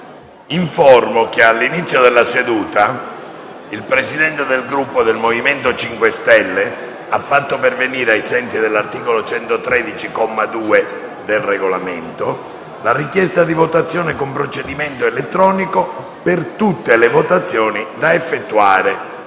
Informo che all'inizio della seduta il Presidente del Gruppo del Movimento 5 Stelle ha fatto pervenire, ai sensi dell'articolo 113, comma 2, del Regolamento la richiesta di votazione con procedimento elettronico per tutte le votazioni da effettuare